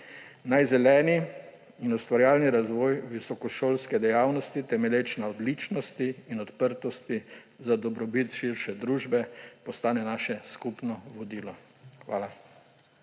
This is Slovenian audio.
Naj zeleni in ustvarjalni razvoj visokošolske dejavnosti, temelječ na odličnosti in odprtosti za dobrobit širše družbe, postane naše skupno vodilo. Hvala.